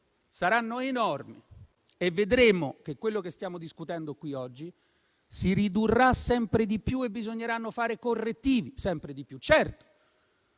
saranno enormi e vedremo che quello che stiamo discutendo qui oggi si ridurrà sempre di più e bisognerà fare correttivi sempre di più.